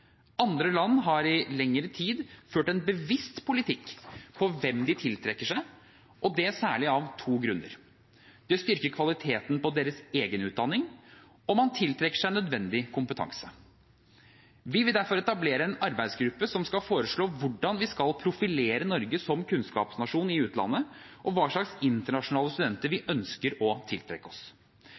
Andre land har i lengre tid ført en bevisst politikk på hvem de tiltrekker seg, og det særlig av to grunner: Det styrker kvaliteten på deres egen utdanning, og man tiltrekker seg nødvendig kompetanse. Vi vil derfor etablere en arbeidsgruppe som skal foreslå hvordan vi skal profilere Norge som kunnskapsnasjon i utlandet, og hva slags internasjonale studenter vi ønsker å tiltrekke oss.